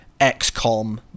XCOM